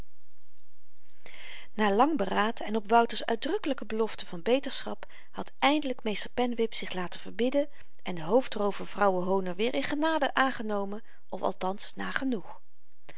na lang beraad en op wouter's uitdrukkelyke belofte van beterschap had eindelyk meester pennewip zich laten verbidden en de hoofdroover vrouwenhooner werd weer in genade aangenomen of althans nagenoeg